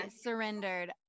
surrendered